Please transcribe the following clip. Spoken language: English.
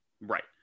Right